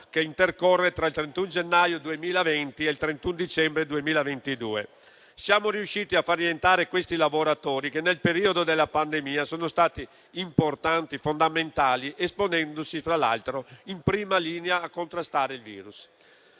che intercorre tra il 31 gennaio 2020 e il 31 dicembre 2022. Siamo riusciti a far diventare stabili questi lavoratori, che nel periodo della pandemia sono stati importanti, fondamentali, esponendosi tra l'altro in prima linea a contrastare il virus.